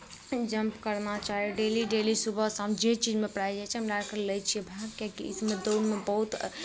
jump करना चाही daily daily सुबह शाम जे चीजमे प्राइज होइ छै हमरा आरके लै छियै भाग किएकि इसमे दौड़मे बहुत